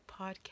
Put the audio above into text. podcast